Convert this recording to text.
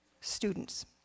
students